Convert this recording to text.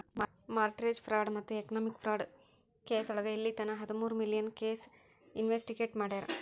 mortgage fraud ಮತ್ತ economic fraud ಕೆಸೋಳಗ ಇಲ್ಲಿತನ ಹದಮೂರು ಮಿಲಿಯನ್ ಕೇಸ್ ಇನ್ವೆಸ್ಟಿಗೇಟ್ ಮಾಡ್ಯಾರ